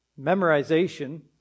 memorization